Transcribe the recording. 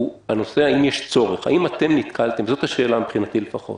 זאת השאלה מבחינתי, לפחות